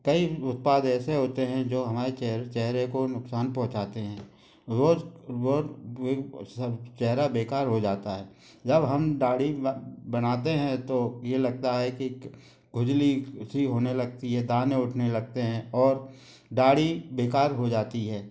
कई उत्पाद ऐसे होते हैं जो हमारे चेहरे को नुकसान पहुँचाते हैं वो बहुत सब चेहरा बेकार हो जाता है जब हम दाढ़ी बनाते हैं तो ये लगता है कि खुजली सी होने लगती है दाने उठने लगते हैं और दाढ़ी बेकार हो जाती है